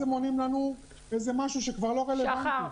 הם אומרים לנו משהו שכבר לא רלוונטי -- שחר,